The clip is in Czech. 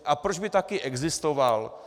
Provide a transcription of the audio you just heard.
A proč by také existoval?